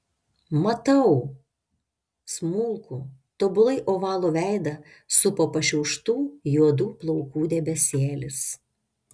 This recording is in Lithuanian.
matau smulkų tobulai ovalų veidą supo pašiauštų juodų plaukų debesėlis